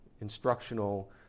instructional